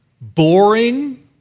boring